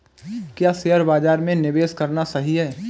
क्या शेयर बाज़ार में निवेश करना सही है?